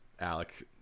Alec